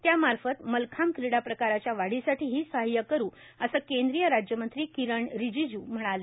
त्यामार्फत मल्लखांब क्रीडाप्रकाराच्या वाढीसाठीही सहाय्य करूए असं केंद्रीय राज्यमंत्री किरेन रिजिजू म्हणाले